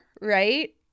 right